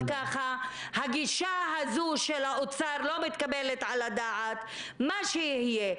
הגישה הזו של האוצר לא מתקבלת על הדעת, מה שיהיה.